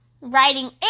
Writing